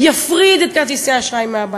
יפריד את כרטיסי האשראי מהבנקים,